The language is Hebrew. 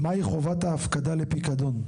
מהי חובת ההפקדה לפיקדון?